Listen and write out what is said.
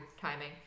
timing